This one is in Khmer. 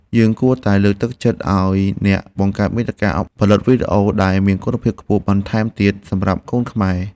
យើងគួរតែលើកទឹកចិត្តឱ្យអ្នកបង្កើតមាតិកាអប់រំផលិតវីដេអូដែលមានគុណភាពខ្ពស់បន្ថែមទៀតសម្រាប់កូនខ្មែរ។